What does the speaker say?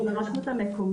כן, של הרשות המקומית.